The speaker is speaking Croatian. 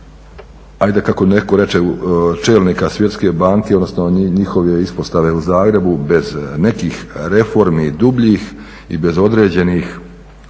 ajde kako netko reče čelnika Svjetske banke, odnosno njihove ispostave u Zagrebu, bez nekih reformi dubljih i bez određenih